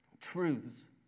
truths